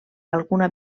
alguna